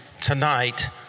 tonight